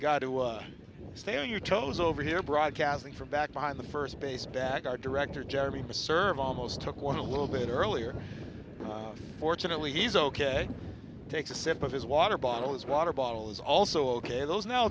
got to stay on your toes over here broadcasting from back behind the first base back our director jeremy to serve almost took one a little bit earlier fortunately he's ok takes a sip of his water bottle his water bottle is also ok those